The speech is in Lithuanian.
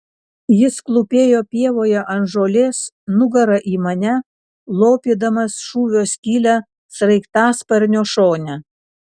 jis klūpėjo pievoje ant žolės nugara į mane lopydamas šūvio skylę sraigtasparnio šone